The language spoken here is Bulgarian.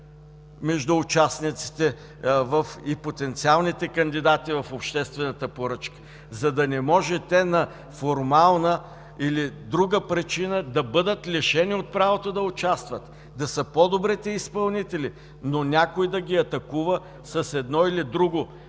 между участниците и потенциалните кандидати в обществената поръчка, за да не може те на формална или друга причина да бъдат лишени от правото да участват, да са по-добрите изпълнители, но някой да ги атакува с едно или друго